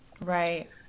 Right